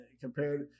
Compared